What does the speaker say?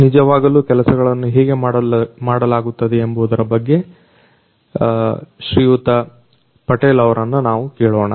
ನಿಜವಾಗಲೂ ಕೆಲಸಗಳನ್ನು ಹೇಗೆ ಮಾಡಲಾಗುತ್ತದೆ ಎಂಬುದರ ಬಗ್ಗೆ ಶ್ರೀಯುತ ಪಟೇಲ್ ಅವರನ್ನು ನಾವು ಕೇಳೋಣ